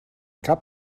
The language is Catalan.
cap